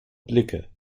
blicke